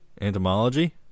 Entomology